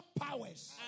powers